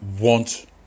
want